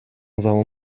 زمان